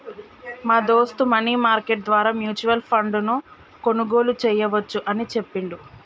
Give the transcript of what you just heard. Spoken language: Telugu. మా దోస్త్ మనీ మార్కెట్ ద్వారా మ్యూచువల్ ఫండ్ ను కొనుగోలు చేయవచ్చు అని చెప్పిండు